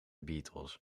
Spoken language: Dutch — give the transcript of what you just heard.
beatles